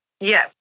Yes